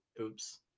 Oops